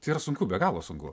tai yra sunku be galo sunku